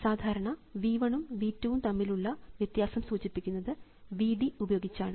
സാധാരണ V 1 ഉം V 2 ഉം തമ്മിലുള്ള വ്യത്യാസം സൂചിപ്പിക്കുന്നത് V d ഉപയോഗിച്ചാണ്